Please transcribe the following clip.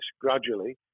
gradually